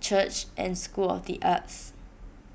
Church and School of the Arts